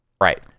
right